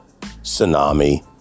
tsunami